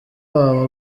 wawe